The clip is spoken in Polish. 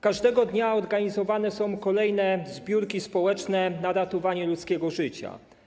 Każdego dnia organizowane są kolejne zbiórki społeczne na ratowanie ludzkiego życia.